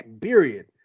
period